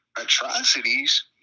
atrocities